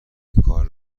اینکار